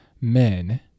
men